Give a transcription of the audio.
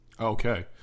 Okay